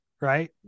right